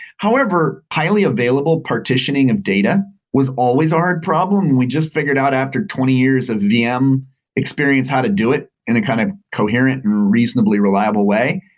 however, highly available partitioning of data was always a ah hard problem and we just figured out after twenty years of vm experience how to do it in a kind of coherent and reasonably reliable way.